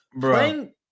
Playing